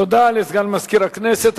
תודה לסגן מזכירת הכנסת.